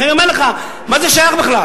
לכן אני אומר לך, מה זה שייך בכלל?